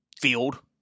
field